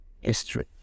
history